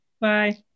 Bye